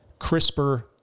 CRISPR